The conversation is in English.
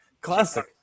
Classic